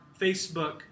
Facebook